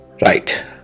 Right